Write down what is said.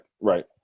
right